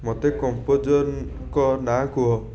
ମୋତେ କମ୍ପୋଜର୍ଙ୍କ ନାଁ କୁହ